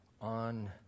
on